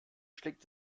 schlägt